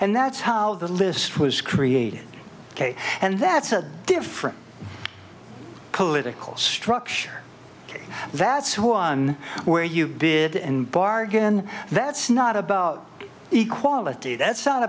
and that's how the list was created ok and that's a different political structure that's one where you bid and bargain that's not about equality that's sound